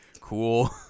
cool